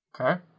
Okay